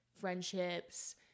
friendships